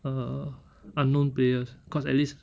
err unknown players cause at least